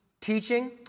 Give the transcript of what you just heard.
teaching